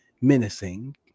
menacing